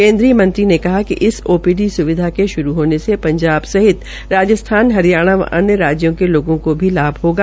केन्द्रीय मंत्री ने कहा कि इस ओपीडी सुविधा होने से पंजाब सहित राजस्थान हरियाणा व अन्य राज्यों के लोगों को भी लाभ होगा